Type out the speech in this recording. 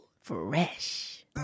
fresh